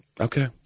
Okay